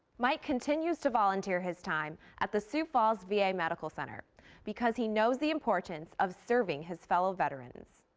mike continues to volunteer his time at the sioux falls va medical center because he knows the importance of serving his fellow veterans.